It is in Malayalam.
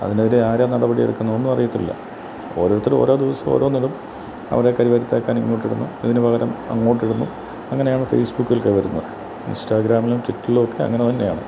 അതിനെതിരെ ആര് നടപടിയെടുക്കുന്നു ഒന്നും അറിയത്തില്ല ഓരോരുത്തർ ഓരോ ദിവസവും ഓരോന്നിടും അവരെ കരി വാരി തേക്കാൻ ഇങ്ങോട്ട് ഇടുന്നു ഇതിനു പകരം അങ്ങോട്ട് ഇടുന്നു അങ്ങനെ ആണ് ഫേസ്ബുക്കിൽ ഒക്കെ വരുന്നത് ഇൻസ്റ്റഗ്രാമിലും ട്വിറ്ററിലും ഒക്കെ അങ്ങനെ തന്നെ ആണ്